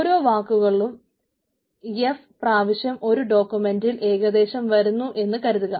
ഓരോ വാക്കുകളും എഫ് പ്രാവശ്യം ഒരു ഡോക്യൂമെന്റിൽ ഏകദേശം വരുന്നു എന്നു കരുതുക